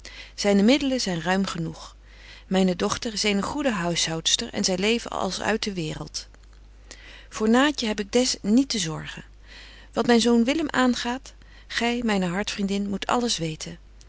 zyne middelen zyn ruim genoeg myne dochter is eene goede huishoudster en zy leven als uit de waereld voor naatje heb ik des niet te zorgen wat myn zoon willem aangaat gy myne hartvriendin moet alles weten